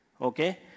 Okay